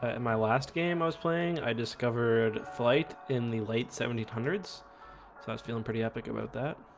ah in my last game i was playing i discovered flight in the late seventies hundreds, so i was feeling pretty epic about that